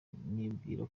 nibwira